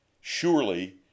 Surely